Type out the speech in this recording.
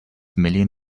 million